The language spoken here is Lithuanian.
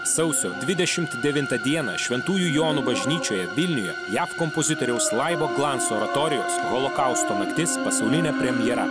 sausio dvidešimt devintą dieną šventųjų jonų bažnyčioje vilniuje jav kompozitoriaus laibo glanso oratorijos holokausto naktis pasaulinė premjera